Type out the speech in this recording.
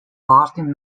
boston